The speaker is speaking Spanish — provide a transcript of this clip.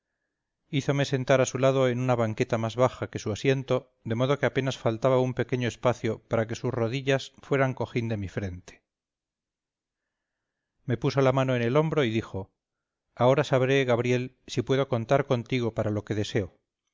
noches anteriores hízome sentar a su lado en una banqueta más baja que su asiento de modo que apenas faltaba un pequeño espacio para que sus rodillas fueran cojín de mi frente me puso la mano en el hombro y dijo ahora sabré gabriel si puedo contar contigo para lo que deseo